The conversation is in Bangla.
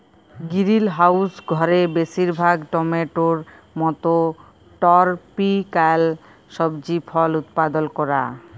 গিরিলহাউস ঘরে বেশিরভাগ টমেটোর মত টরপিক্যাল সবজি ফল উৎপাদল ক্যরা